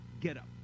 getup